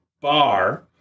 bar